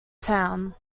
town